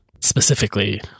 specifically